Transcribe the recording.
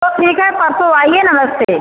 तो ठीक है परसों आइए नमस्ते